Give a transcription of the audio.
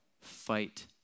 fight